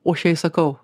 o aš jai sakau